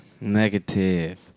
Negative